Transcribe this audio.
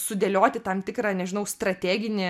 sudėlioti tam tikrą nežinau strateginį